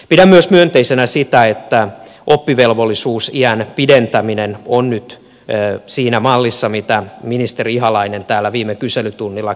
pidän myös myönteisenä sitä että oppivelvollisuusiän pidentäminen on nyt siinä mallissa mistä ministeri ihalainen täällä viime kyselytunnilla kertoi